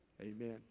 Amen